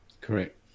correct